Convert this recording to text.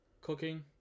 cooking